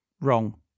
wrong